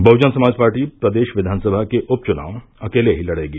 Bahujan Samaj party प्रदेश विधानसभा के उपचुनाव अकेले ही लड़ेगी